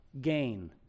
gain